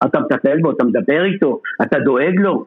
אתה מטפל בו, אתה מדבר איתו, אתה דואג לו